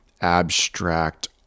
abstract